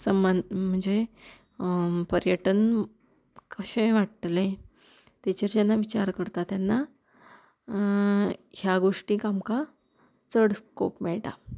समान म्हणजे पर्यटन कशें वाडटलें तेचेर जेन्ना विचार करता तेन्ना ह्या गोश्टीक आमकां चड स्कोप मेळटा